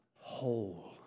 whole